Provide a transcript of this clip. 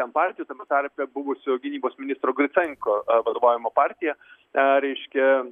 ten partijų tame tarpe buvusio gynybos ministro gricenko vadovaujama partija a reiškia